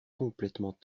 complètement